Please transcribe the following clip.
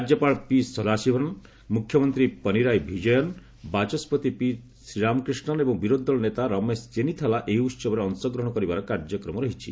ରାଜ୍ୟପାଳ ପିସଥାସିଭନ୍ ମୁଖ୍ୟମନ୍ତ୍ରୀ ପନିରାୟି ଭିଜୟନ୍ ବାଚସ୍କତି ପି ଶ୍ରୀରାମକ୍ରିଷ୍ଣନ ଏବଂ ବିରୋଧୀ ଦଳ ନେତା ରମେଶ ଚେନ୍ସିଥାଲା ଏହି ଉସବରେ ଅଂଶଗ୍ରହଣ କରିବାର କାର୍ଯ୍ୟକ୍ରମ ରହିଛି